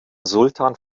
sultan